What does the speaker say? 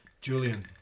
Julian